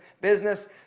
business